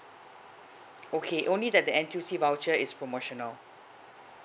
okay only that the N_T_U_C voucher is promotional